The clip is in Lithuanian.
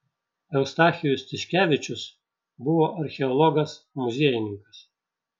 eustachijus tiškevičius buvo archeologas muziejininkas